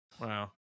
Wow